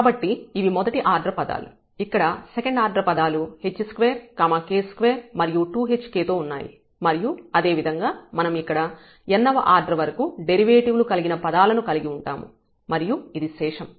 కాబట్టి ఇవి మొదటి ఆర్డర్ పదాలు ఇక్కడ సెకండ్ ఆర్డర్ పదాలు h2 k2 మరియు 2hk తో ఉన్నాయి మరియు అదేవిధంగా మనం ఇక్కడ n వ ఆర్డర్ వరకు డెరివేటివ్ లు కలిగిన పదాలను కలిగి ఉంటాము మరియు ఇది శేషం